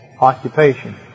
occupation